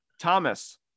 Thomas